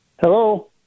hello